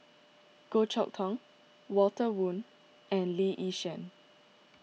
Goh Chok Tong Walter Woon and Lee Yi Shyan